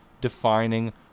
defining